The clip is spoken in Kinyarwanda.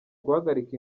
guhagarika